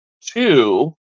two